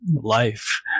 life